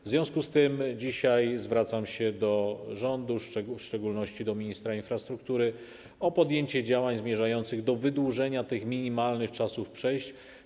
W związku z tym dzisiaj zwracam się do rządu, w szczególności do ministra infrastruktury, o podjęcie działań zmierzających do wydłużenia tych minimalnych czasów przejść.